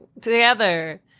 together